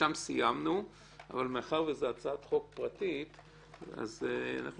שם סיימנו אבל מאחר וזו הצעת חוק פרטית אז אנחנו